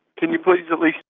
can you please at like